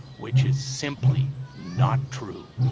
which is simply not true.